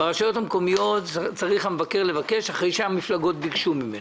ברשויות המקומיות צריך המבקר לבקש אחרי שהמפלגות ביקשו ממנו.